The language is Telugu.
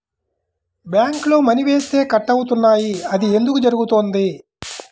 బ్యాంక్లో మని వేస్తే కట్ అవుతున్నాయి అది ఎందుకు జరుగుతోంది?